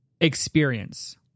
experience